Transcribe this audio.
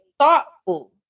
thoughtful